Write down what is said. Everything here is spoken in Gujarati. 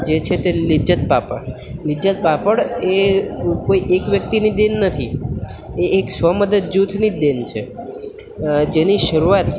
જે છે તે લિજ્જત પાપડ લિજ્જત પાપડ એ કોઈ એક વ્યક્તિની દેન નથી એ એક સ્વ મદદ જૂથની જ દેન છે જેની શરૂઆત